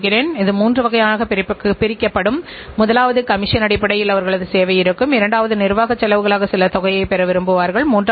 எனவே இலாபநோக்கற்றஅமைப்பின்செயல்திறனை அளவிடுவதற்கு சரியான அளவுரு இல்லாததால் இதுபோன்ற நிறுவனங்களுக்கு நிர்வாக கட்டுப்பாட்டு அமைப்பு முறையை அமல்படுத்துவது சற்று சிரமமானது